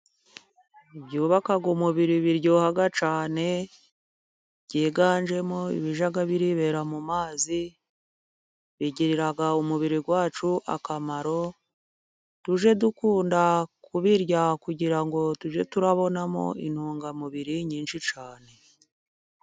Ibyubaka umubiri biryoha cyane byiganjemo ibijyanye ibyibera mu mazi bigirira umubiri wacu akamaro, tujye dukunda kubirya kugira ngo tujye tubonamo intungamubiri nyinshi cyane.